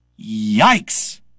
Yikes